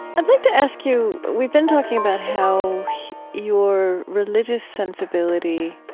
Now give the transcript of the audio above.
i'd like to ask you we've been talking about how your religious sensibility,